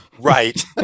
Right